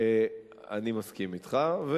אני מסכים אתך.